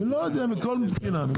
מכל בחינה.